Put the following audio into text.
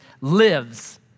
lives